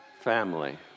family